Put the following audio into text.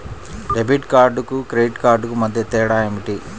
Debit కార్డుకు credit కార్డుకు మధ్య తేడా ఏమిటీ?